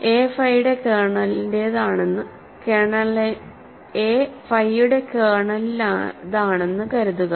a phi യുടെ കേർണലിലേതാണെന്ന് കരുതുക